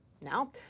Now